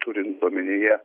turint omenyje